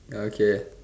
okay